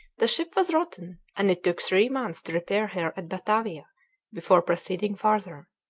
the ship was rotten, and it took three months to repair her at batavia before proceeding farther.